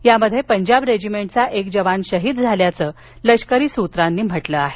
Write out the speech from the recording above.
यामध्ये पंजाब रेजिमेंटचा एक जवान शहीद झाला असल्याचं लष्करी सूत्रांनी म्हटलं आहे